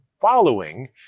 following